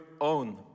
own